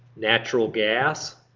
natural gas,